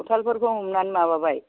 सावथालफोरखौ हमनानै माबाबाय